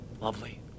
lovely